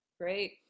Great